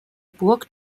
burg